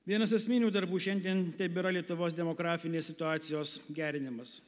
vienas esminių darbų šiandien tebėra lietuvos demografinės situacijos gerinimas